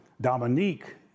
Dominique